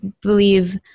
believe